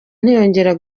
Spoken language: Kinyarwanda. ntiyongera